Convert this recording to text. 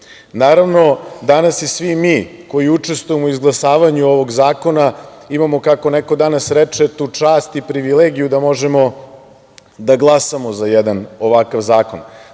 istorije. Naravno, danas i svi mi koji učestvujemo u izglasavanju ovog zakona imamo, kako neko danas reče, tu čast i privilegiju da možemo da glasamo za jedan ovakav zakon.